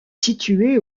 située